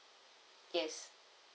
yes